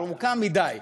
ארוכה מדי.